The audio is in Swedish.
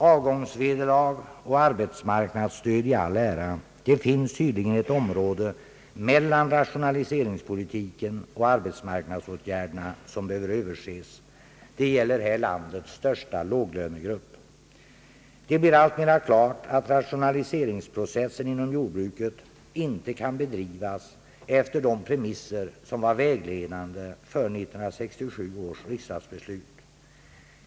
Avgångsvederlag och arbetsmarknadsstöd i all ära — det finns tydligen ett område mellan rationaliseringspolitiken och arbetsmarknadsåtgärderna som behöver överses. Det gäller här landets största låglönegrupp. Det blir alltmera klart att rationaliseringsprocessen inom jordbruket inte kan bedrivas efter de premisser, som var vägledande för 1967 års riksdagsbeslut.